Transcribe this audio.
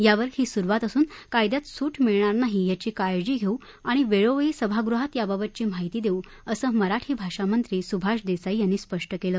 यावर ही सुरुवात असून कायद्यात सूट मिळणार नाही याची काळजी घेऊ आणि वेळोवेळी सभागृहात याबाबतची माहिती देऊ असं मराठी भाषा मंत्री सुभाष देसाई यांनी स्पष्ट केलं